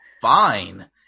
fine